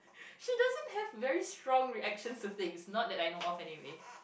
she doesn't have very strong reactions to things not that I know of anyway